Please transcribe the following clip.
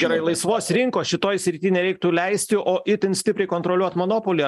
gerai laisvos rinkos šitoj srity nereiktų leisti o itin stipriai kontroliuot monopolį